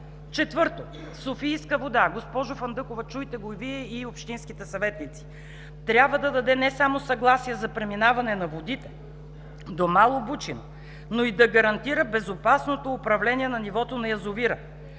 Четвърто, „Софийска вода“ – госпожо Фандъкова, чуйте го и Вие, и общинските съветници – трябва да даде не само съгласие за преминаване на водите до Мало Бучино, но и да гарантира безопасното управление на нивото на язовира.